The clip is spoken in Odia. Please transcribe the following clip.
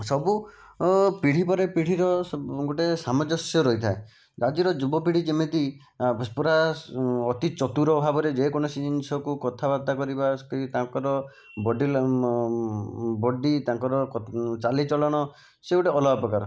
ସବୁ ପିଢ଼ୀ ପରେ ପିଢ଼ୀର ଗୋଟେ ସାମଞ୍ଜସ୍ୟ ରହିଥାଏ ଆଜିର ଯୁବପିଢ଼ୀ ଯେମିତି ପୁରା ଅତି ଚତୁର ଭାବରେ ଯେକୌଣସି ଜିନିଷକୁ କଥାବାର୍ତ୍ତା କରିବା କି ତାଙ୍କର ବୋଡି ତାଙ୍କର ଚାଲିଚଳନ ସେ ଗୋଟେ ଅଲଗା ପ୍ରକାରର